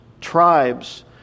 tribes